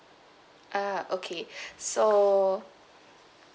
ah okay so